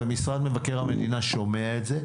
ומשרד מבקר המדינה שומע את זה,